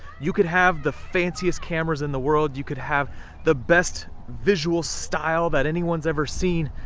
you could have the fanciest cameras in the world, you could have the best visual style that anyone's ever seen,